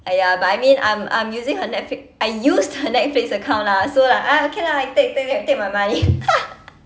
!aiya! but I mean I'm I'm using her netflix I used her netflix account lah so like ah okay lah I take take take take my money